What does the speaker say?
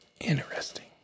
Interesting